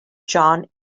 john